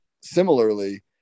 similarly